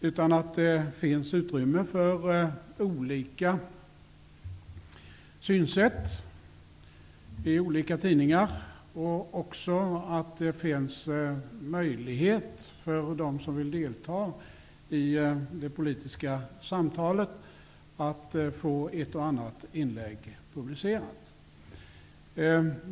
Det måste finnas utrymme för olika synsätt i olika tidningar. Det måste också finnas möjlighet för dem som vill delta i det politiska samtalet att få ett och annat inlägg publicerat.